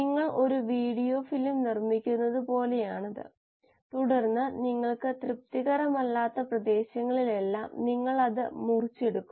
നാലാം മൊഡ്യൂളിൽ ബയോറിയാക്റ്റർ പ്രകടനത്തെ ബാധിക്കുന്ന കൾടിവേഷൻ മാനദണ്ഡങ്ങൾ നമ്മൾ പരിശോധിച്ചു